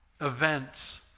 events